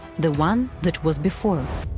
the one that was before.